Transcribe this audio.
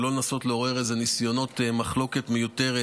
ולא לנסות לעורר איזו מחלוקת מיותרת